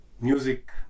music